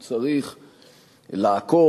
הוא צריך לעקוב,